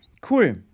Cool